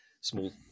small